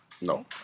No